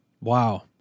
Wow